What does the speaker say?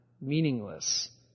meaningless